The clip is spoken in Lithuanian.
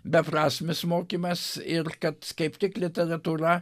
beprasmis mokymas ir kad kaip tik literatūra